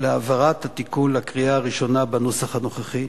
להעברת התיקון לקריאה הראשונה בנוסח הנוכחי,